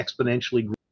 exponentially